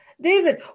David